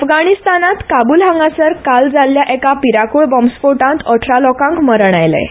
अफगाणिस्तानांत काबूलांत काल जाल्ल्या एका भिरांकूळ बॉमस्फोटांत अठरा लोकांक मरण आयलें